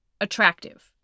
attractive